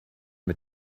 mit